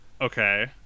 okay